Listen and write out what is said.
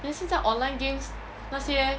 then 现在 online games 那些